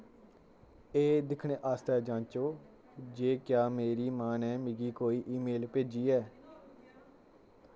एह् दिक्खने आस्तै जांचो जे क्या मेरी मां ने मिगी कोई ईमेल भेजी ऐ